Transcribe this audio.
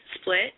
split